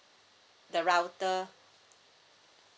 the router